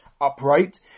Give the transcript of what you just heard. upright